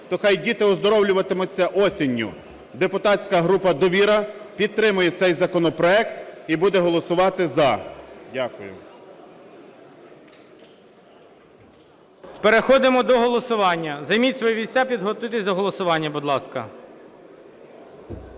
то хай діти оздоровлюватимуться осінню. Депутатська група "Довіра" підтримує цей законопроект і буде голосувати "за". Дякую. ГОЛОВУЮЧИЙ. Переходимо до голосування. Займіть свої місця, підготуйтесь до голосування, будь ласка.